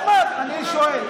אחמד, אני שואל.